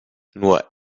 nur